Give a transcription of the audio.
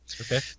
Okay